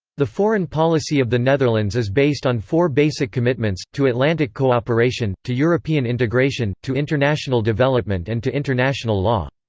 the foreign policy of the netherlands is based on four basic commitments to atlantic co-operation, to european integration, to international development and to international law.